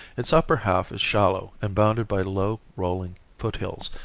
its upper half is shallow and bounded by low rolling foothills,